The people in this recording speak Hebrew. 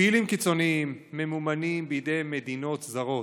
פעילים קיצוניים ממומנים בידי מדינות זרות,